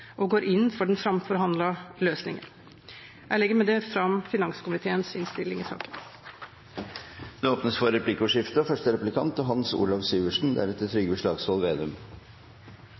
og går inn for den framforhandlede løsningen. Jeg legger med dette fram finanskomiteens innstilling i saken. Det blir replikkordskifte. Takk til saksordføreren for